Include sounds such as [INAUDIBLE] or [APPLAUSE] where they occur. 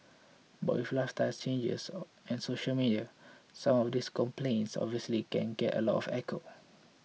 but with lifestyle changes [UNINTELLIGIBLE] and social media some of these complaints obviously can get a lot of echo